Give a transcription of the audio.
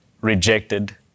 rejected